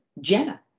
Jenna